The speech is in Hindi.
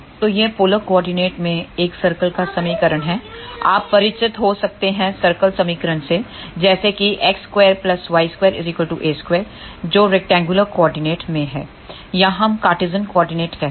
तो यह पोलर कोऑर्डिनेट में एक सर्कल का समीकरण है आप परिचित हो सकते हैंसर्कल समीकरण से जैसे कि x2 y2 a2 जो रैक्टेंगुलर कोऑर्डिनेट में है या हम कार्टेसियन कॉर्डिनेट कहते हैं